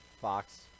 Fox